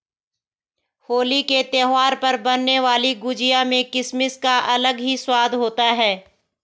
होली के त्यौहार पर बनने वाली गुजिया में किसमिस का अलग ही स्वाद होता है